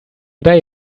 day